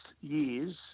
years